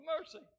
mercy